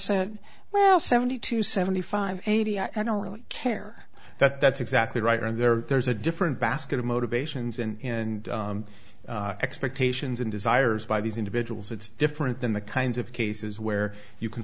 said well seventy two seventy five eighty i don't really care that that's exactly right and there there's a different basket of motivations in expectations and desires by these individuals it's different than the kinds of cases where you can